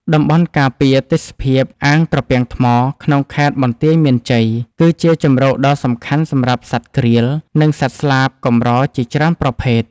តំបន់ការពារទេសភាពអាងត្រពាំងថ្ម ក្នុងខេត្តបន្ទាយមានជ័យ គឺជាជម្រកដ៏សំខាន់សម្រាប់សត្វក្រៀល និងសត្វស្លាបកម្រជាច្រើនប្រភេទ។